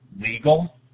Legal